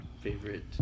favorite